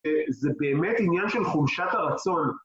א.. זה באמת עניין של חולשת הרצון.